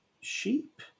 sheep